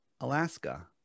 Alaska